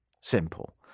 simple